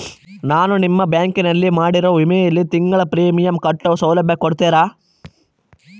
ನಾನು ನಿಮ್ಮ ಬ್ಯಾಂಕಿನಲ್ಲಿ ಮಾಡಿರೋ ವಿಮೆಯಲ್ಲಿ ತಿಂಗಳ ಪ್ರೇಮಿಯಂ ಕಟ್ಟೋ ಸೌಲಭ್ಯ ಕೊಡ್ತೇರಾ?